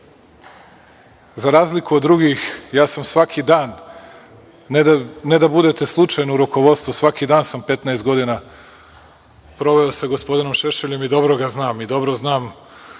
za razliku od drugih ja sam svaki dan, ne da budete slučajno u rukovodstvu, svaki dan sam 15 godina proveo sa gospodinom Šešeljem i dobro ga znam i znam